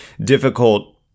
difficult